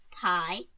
Pie